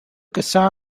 guitar